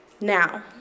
now